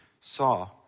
saw